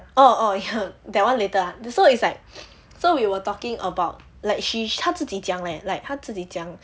orh orh ya that [one] later ah so it's like so we were talking about like she 她自己讲 eh like 她自己讲